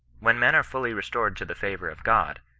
when men are fully restored to the favour of god,